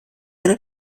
einer